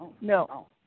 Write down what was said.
No